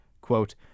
Quote